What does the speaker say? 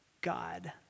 God